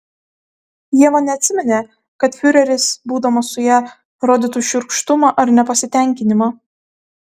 ieva neatsiminė kad fiureris būdamas su ja rodytų šiurkštumą ar nepasitenkinimą